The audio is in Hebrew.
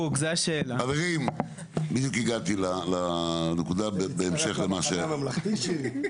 שבנוי על דברים מנדטוריים.